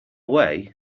way